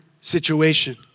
situation